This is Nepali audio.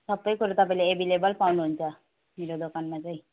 सबै कुरो तपाईँले एभाइलेबल पाउनुहुन्छ मेरो दोकानमा चाहिँ